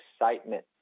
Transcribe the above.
excitement